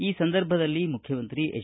ಈ ಸಂದರ್ಭದಲ್ಲಿ ಮುಖ್ಯಮಂತ್ರಿ ಎಚ್